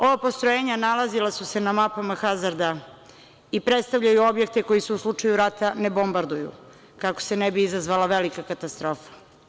Ova postrojenja nalazila su se na mapama hazarda i predstavljaju objekte koji se u slučaju rata ne bombarduju, kako se ne bi izazvala velika katastrofa.